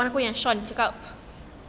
aku yang sean cakap